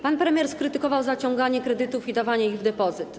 Pan premier skrytykował zaciąganie kredytów i dawanie ich w depozyt.